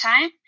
time